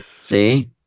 See